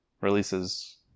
releases